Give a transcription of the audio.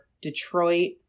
Detroit